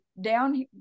down